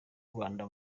rwanda